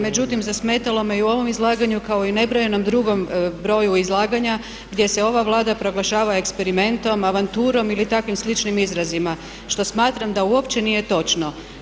Međutim, zasmetalo me i u ovom izlaganju kao i nebrojenom drugom broju izlaganja gdje se ova Vlada proglašava eksperimentom, avanturom ili takvim sličnim izrazima što smatram da uopće nije točno.